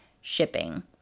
shipping